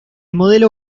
modelo